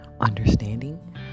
understanding